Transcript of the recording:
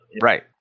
right